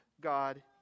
god